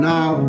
Now